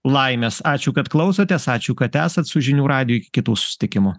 laimės ačiū kad klausotės ačiū kad esat su žinių radiju iki kitų susitikimų